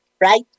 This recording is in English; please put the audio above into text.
right